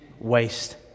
waste